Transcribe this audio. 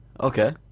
Okay